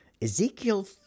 Ezekiel